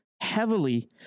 heavily